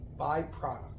byproduct